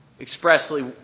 expressly